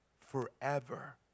forever